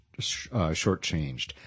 shortchanged